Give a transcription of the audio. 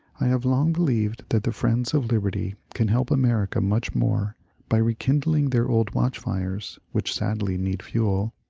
i have long believed that the friends of liberty can help america much more by rekindling their old watchfires, which sadly need fuel,